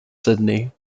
sydney